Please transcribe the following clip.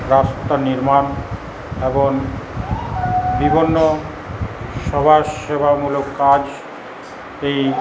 রাস্তা নির্মাণ এবং বিভিন্ন সমাজ সেবামূলক কাজ এই